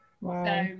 Wow